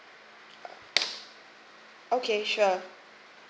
okay sure